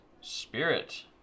Spirit